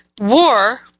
War